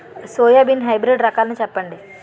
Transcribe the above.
Soybean hybrid రకాలను చెప్పండి?